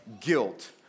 guilt